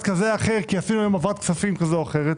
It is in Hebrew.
כזה או אחר כי עשינו להם העברת כספים כזו או אחרת,